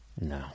No